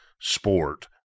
sport